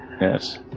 Yes